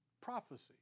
Prophecy